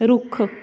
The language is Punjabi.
ਰੁੱਖ